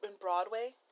Broadway